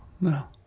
No